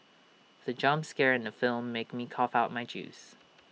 the jump scare in the film made me cough out my juice